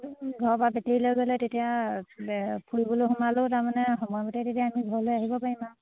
ঘৰৰপৰা বেটেৰী লৈ গ'লে তেতিয়া ফুৰিবলৈ সোমালেও তাৰমানে সময়মতে তেতিয়া আমি ঘৰলৈ আহিব পাৰিম আৰু